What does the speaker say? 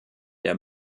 der